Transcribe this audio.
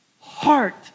heart